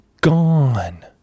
gone